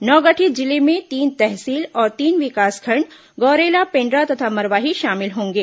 नवगठित जिले में तीन तहसील और तीन विकासखण्ड गौरेला पेण्ड्रा तथा मरवाही शामिल होंगे